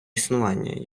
існування